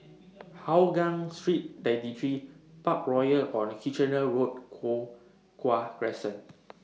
Hougang Street ninety three Parkroyal on Kitchener Road Crescent